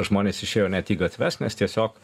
žmonės išėjo ne tik gatves nes tiesiog